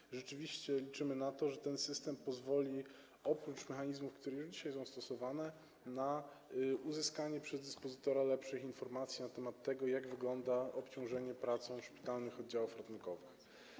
I rzeczywiście liczymy na to, że ten system - oprócz mechanizmów, które już dzisiaj są stosowane - pozwoli na uzyskanie przez dyspozytora lepszych informacji na temat tego, jak wygląda obciążenie pracą szpitalnych oddziałów ratunkowych.